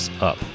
up